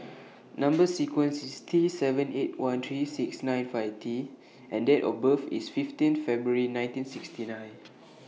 Number sequence IS T seven eight one three six nine five T and Date of birth IS fifteen February nineteen sixty nine